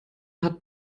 hat